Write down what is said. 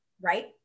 Right